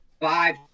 five